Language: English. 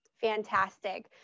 Fantastic